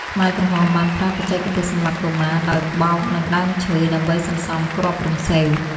ខ្មែរក្រហមបានប្រើបច្ចេកទេសសម្លាប់កុមារដោយបោកនឹងដើមឈើ ដើម្បីសន្សំគ្រាប់រំសេវ។